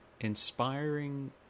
inspiring